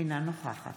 אינה נוכחת